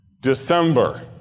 December